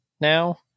now